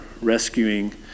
rescuing